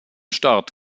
start